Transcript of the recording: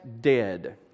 dead